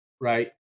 right